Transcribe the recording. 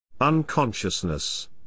Unconsciousness